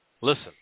Listen